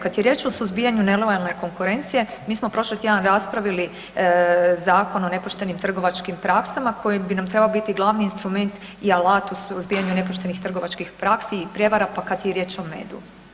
Kad je riječ o suzbijanju nelojalne konkurencije mi smo prošli tjedan raspravili Zakon o nepoštenim trgovačkim praksama koji bi nam trebao biti glavni instrument i alat u suzbijanju nepoštenih trgovačkih praksi i prijevara, pa kad je i riječ o medu.